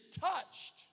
touched